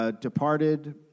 departed